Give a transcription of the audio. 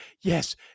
yes